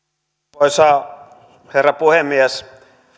arvoisa herra puhemies